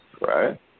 Right